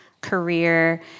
career